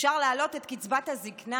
אפשר להעלות את קצבת הזקנה,